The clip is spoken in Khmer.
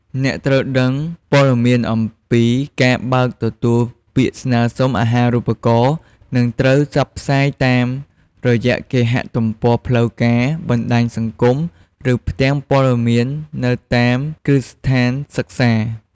អ្នកត្រូវដឹងព័ត៌មានអំពីការបើកទទួលពាក្យស្នើសុំអាហារូបករណ៍នឹងត្រូវផ្សព្វផ្សាយតាមរយៈគេហទំព័រផ្លូវការ បណ្ដាញសង្គម ឬផ្ទាំងព័ត៌មាននៅតាមគ្រឹះស្ថានសិក្សា។